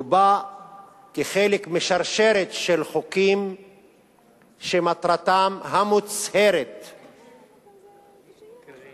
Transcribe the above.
הוא בא כחלק משרשרת של חוקים שמטרתם המוצהרת היא כפי